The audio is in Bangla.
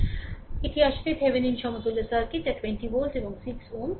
সুতরাং এটি আসলে Thevenin সমতুল্য সার্কিট যা 20 ভোল্ট এবং 6 Ω